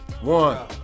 One